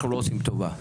אנחנו לא עושים טובה,